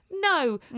No